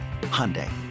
Hyundai